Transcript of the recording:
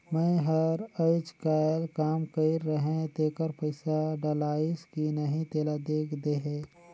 मै हर अईचकायल काम कइर रहें तेकर पइसा डलाईस कि नहीं तेला देख देहे?